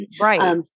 right